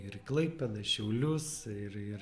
ir į klaipėdą į šiaulius ir ir